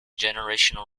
generational